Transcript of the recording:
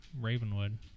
Ravenwood